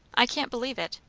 i can't believe it.